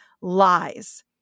lies